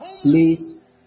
Please